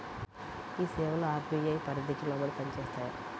ఈ సేవలు అర్.బీ.ఐ పరిధికి లోబడి పని చేస్తాయా?